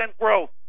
growth